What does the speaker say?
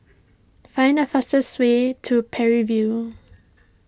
find the fastest way to Parry View